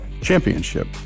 championship